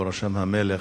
ובראשם המלך,